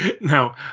Now